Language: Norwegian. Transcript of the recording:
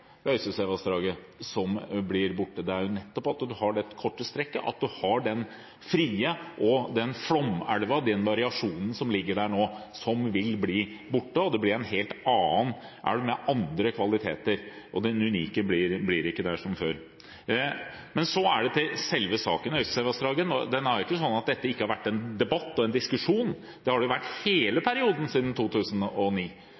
er nettopp at man har dette korte strekket, at man har den frie flomelva og den variasjonen som ligger der nå, som vil bli borte. Det vil bli en helt annen elv med andre kvaliteter. Det unike vil ikke være der som før. Men så til selve saken om Øystesevassdraget: Det er ikke slik at dette ikke har vært en debatt og en diskusjon. Det har det jo vært hele